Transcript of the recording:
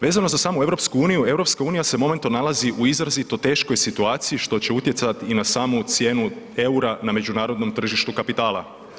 Vezano za samu EU, EU se momentalno nalazi u izrazito teškoj situaciji, što će utjecati i na samu cijenu eura na međunarodnom tržištu kapitala.